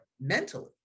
mentally